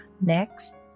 Next